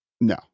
No